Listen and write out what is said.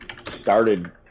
started